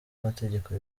amategeko